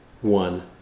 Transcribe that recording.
one